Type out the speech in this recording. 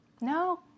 No